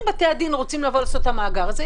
אם בתי-הדין רוצים לעשות את המאגר הזה,